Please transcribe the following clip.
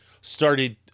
started